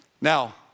Now